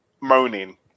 moaning